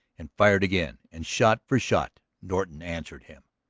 and fired again. and shot for shot norton answered him.